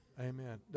Amen